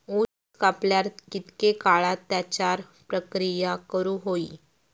ऊस कापल्यार कितके काळात त्याच्यार प्रक्रिया करू होई?